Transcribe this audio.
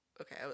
Okay